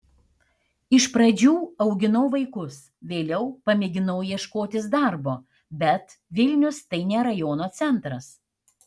iš pradžių auginau vaikus vėliau pamėginau ieškotis darbo bet vilnius tai ne rajono centras